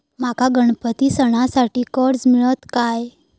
माका गणपती सणासाठी कर्ज मिळत काय?